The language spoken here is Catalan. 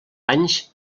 anys